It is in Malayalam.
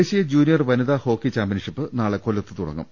ദേശീയ ജൂനിയർ വനിതാ ഹോക്കി ചാമ്പ്യൻഷിപ്പ് നാളെ കൊല്ലത്ത് തുടങ്ങും